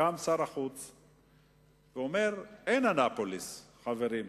קם שר החוץ ואומר: אין אנאפוליס, חברים.